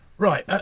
right.